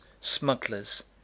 smugglers